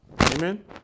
Amen